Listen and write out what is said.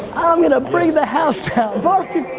i'm gonna bring the house down.